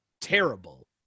terrible